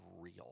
real